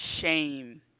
shame